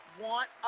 want